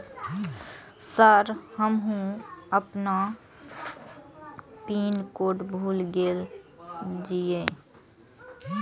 Sir हमू अपना pin code भूल गेल जीये?